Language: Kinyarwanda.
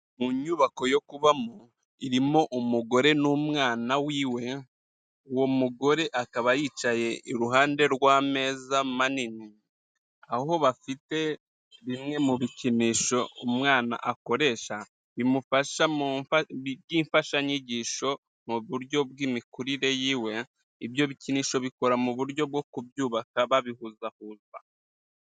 Mu nyubako yo kubamo irimo umugore n'umwana wiwe uwo mugore akaba yicaye iruhande rw'ameza manini aho bafite bimwe mu bikinisho umwana akoresha bimufasha by'imfashanyigisho mu buryo bw'imikurire yiwe ibyo bikinisho bikora mu buryo bwo kubyubaka babihuzahuzwa.